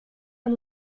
and